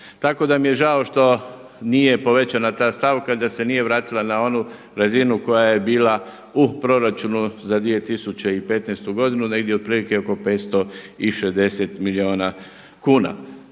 Tako da mi je žao što nije povećana ta stavka da se nije vratila na onu razinu koja je bila u proračunu za 2015. godinu negdje otprilike oko 560 milijuna kuna.